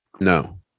No